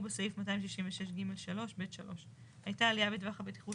כאמור בסעיף 266ג3(ב)(3); הייתה עלייה בטווח בטיחות